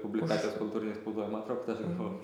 publikacijas kultūrinėj spaudoj ma atro kad aš gavau